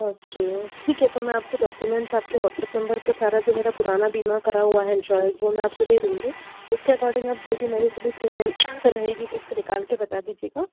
okay ठीक है तो मैं आपको डॉक्युमेंट्स आपके वाट्सअप नंबर पर सारा जो मेरा पुराना बीमा करा हुआ है इंश्योरेंस वो मैं आपको दे दूँगी उसके अकोडिंग आप जो भी नई फुली प्रीमियम रहेगी वो उसको निकाल कर बता दीजिएगा